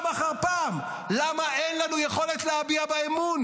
אחר פעם למה אין לנו יכולת להביע בה אמון.